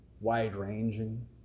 wide-ranging